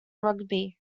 rugby